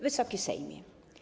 Wysoki Sejmie!